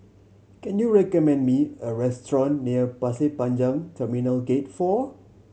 can you recommend me a restaurant near Pasir Panjang Terminal Gate Four